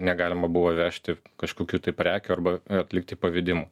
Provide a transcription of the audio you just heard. negalima buvo vežti kažkokių tai prekių arba atlikti pavedimų